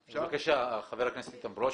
בבקשה, חבר הכנסת איתן ברושי.